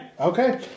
Okay